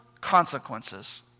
consequences